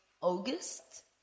August